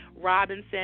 Robinson